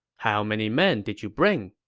how many men did you bring?